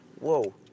whoa